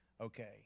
okay